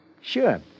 Sure